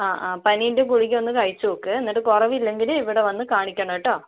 അ ആ പനീൻ്റെ ഗുളികയൊന്ന് കഴിച്ച് നോക്ക് എന്നിട്ട് കുറവില്ലെങ്കില് ഇവിടെ വന്ന് കാണിക്കണെട്ടൊ